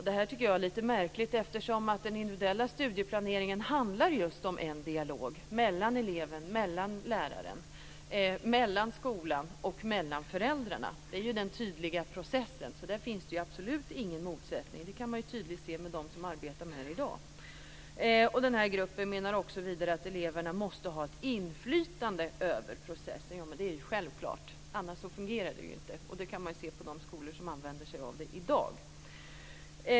Det här tycker jag är lite märkligt. Den individuella studieplaneringen handlar ju just om dialog mellan eleven, läraren, skolan och föräldrarna. Det är en tydlig process. Där finns det absolut ingen motsättning. Det kan man tydligt se hos dem som arbetar med detta i dag. Denna grupp menar vidare att eleverna måste ha ett inflytande över processen. Ja, men det är ju självklart. Annars fungerar det inte. Det kan man se på de skolor som använder sig av detta i dag.